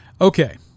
Okay